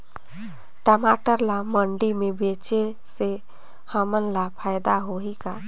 टमाटर ला मंडी मे बेचे से हमन ला फायदा होही का?